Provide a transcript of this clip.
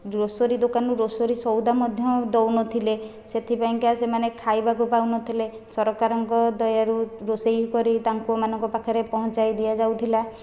grocery ଦୋକାନରୁ grocery ସଉଦା ମଧ୍ୟ ଦେଉନଥିଲେ ସେଥିପାଇଁକା ସେମାନେ ଖାଇବାକୁ ପାଉନଥିଲେ ସରକାରଙ୍କ ଦୟାରୁ ରୋଷେଇ କରି ତାଙ୍କୁ ମାନଙ୍କ ପାଖରେ ପହଞ୍ଚାଇ ଦିଆଯାଉଥିଲା